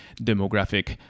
demographic